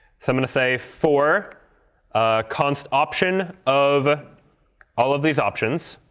so i'm going to say for const option of all of these options.